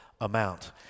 amount